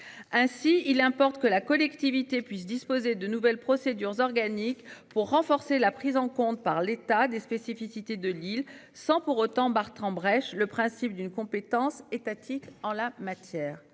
Ainsi, il importe que la collectivité puisse disposer de nouvelles procédures organique pour renforcer la prise en compte par l'état des spécificités de l'île sans pour autant Bertrand brèche le principe d'une compétence étatique en la matière.